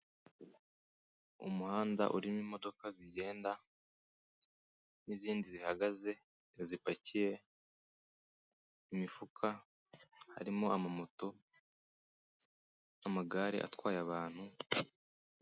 Umuhanda urimo imodoka zigenda n'izindi zihagaze, zipakiye imifuka, harimo amamoto, amagare atwaye abantu.